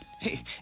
Hey